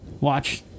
Watch